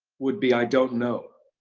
would be i don't know.